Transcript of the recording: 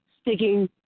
sticking